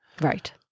Right